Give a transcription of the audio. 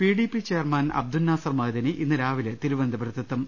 PDP chairman Abdunnasar Madani ഇന്ന് രാവിലെ തിരുവനന്തപുരത്തെത്തും